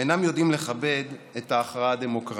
אינם יודעים לכבד את ההכרעה הדמוקרטית.